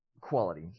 quality